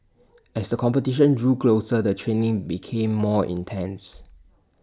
as the competition drew closer the training became more intense